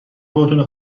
خودتونو